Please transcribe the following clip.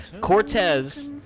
Cortez